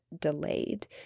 delayed